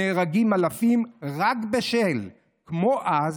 נהרגים אלפים, כמו אז,